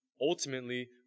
ultimately